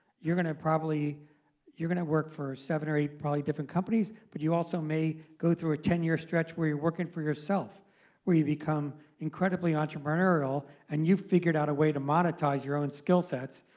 you're going to probably going to work for seven or eight probably different companies. but you also may go through a ten year stretch where you're working for yourself where you become incredibly entrepreneurial. and you've figured out a way to monetize your own skill sets.